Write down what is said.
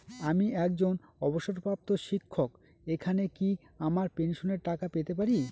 আমি একজন অবসরপ্রাপ্ত শিক্ষক এখানে কি আমার পেনশনের টাকা পেতে পারি?